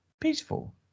peaceful